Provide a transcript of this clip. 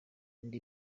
inda